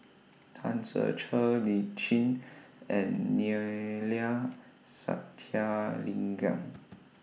Tan Ser Cher Lee Tjin and Neila Sathyalingam